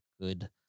good